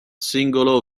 singolo